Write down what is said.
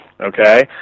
Okay